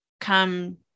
come